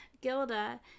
gilda